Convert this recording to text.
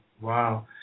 Wow